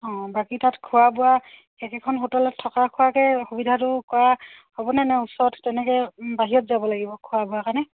অঁ বাকী তাত খোৱা বোৱা একেখন হোটেলত থকা খোৱাকে সুবিধাটো কৰা হ'বনে নে ওচৰত তেনেকে বাহিৰত যাব লাগিব খোৱা বোৱা কাৰণে